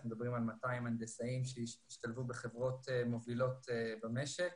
אנחנו מדברים על 200 הנדסאים שהשתלבו בחברות מובילות במשק